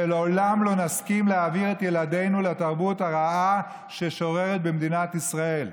ולעולם לא נסכים להעביר את ילדינו לתרבות הרעה ששוררת במדינת ישראל.